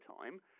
time